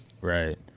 Right